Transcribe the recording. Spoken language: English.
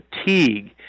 fatigue